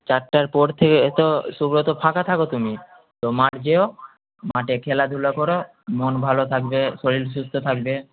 চারটার পর থেকে তো সুব্রত ফাঁকা থাকো তুমি তো মাঠ যেও মাঠে খেলাধুলা করো মন ভালো থাকবে শরীর সুস্থ থাকবে